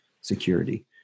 security